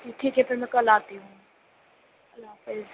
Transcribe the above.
ٹھیک ہے پھر میں کل آتی ہوں اللہ حافظ